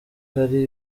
hari